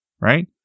Right